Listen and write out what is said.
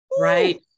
right